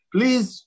Please